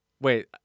Wait